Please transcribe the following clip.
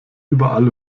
überall